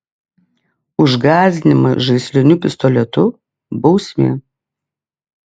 už gąsdinimą žaisliniu pistoletu bausmė